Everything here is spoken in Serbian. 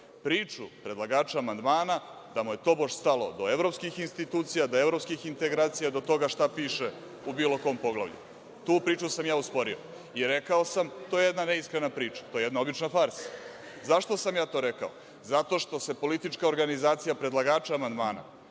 priču predlagača amandmana da mu je tobož stalo do evropskih institucija, do evropskih integracija, do toga šta piše u bilo kom poglavlju. Tu priču sam osporio i rekao sam – to je jedna neiskrena priča, to je jedna obična farsa. Zašto sam to rekao? Zato što se politička organizacija predlagača amandmana,